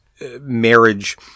marriage